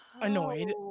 annoyed